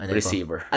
Receiver